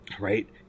right